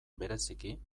bereziki